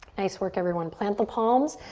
nice work, everyone. plant the palms,